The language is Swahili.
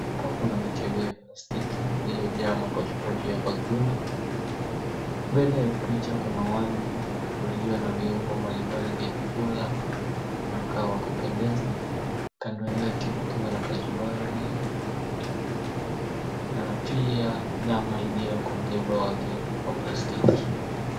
Kuna mikebe ya plastiki iliyojaa mapochopocho ya chakula. Mbele ya picha kuna wali ulio na viungo mbalimbali vya chakula na vinakaa kupendeza. Kando yake kukiwa na kachumbari na la pia nyama iliyo kwa mkebe wake wa plastiki.